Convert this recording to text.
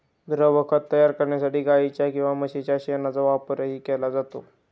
द्रवखत तयार करण्यासाठी गाईच्या किंवा म्हशीच्या शेणाचा वापरही केला जातो